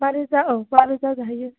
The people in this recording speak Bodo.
बा रोजा औ बा रोजा जाहैयो